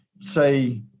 say